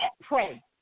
pray